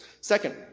Second